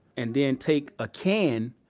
and then take a can,